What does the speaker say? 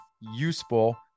useful